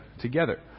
together